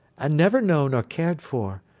and never known or cared for,